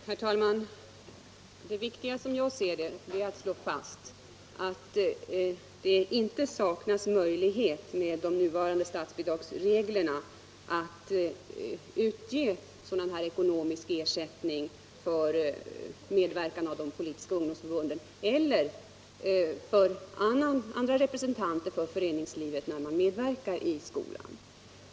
Herr talman! Det viktigaste är att stå fast att det inte saknas möjlighet med de nuvarande statsbidragsreglerna att utge ekonomisk ersättning för medverkan i skolan av representanter för de politiska ungdomsför 27 Barnomsorgen bunden eiler för andra delar av föreningslivet.